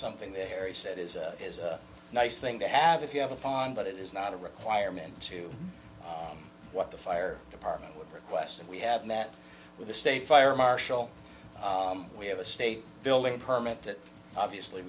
something that harry said is a nice thing to have if you have a pond but it is not a requirement to what the fire department would request and we have met with the state fire marshal we have a state building permit that obviously